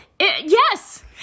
yes